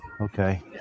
Okay